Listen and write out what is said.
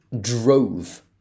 Drove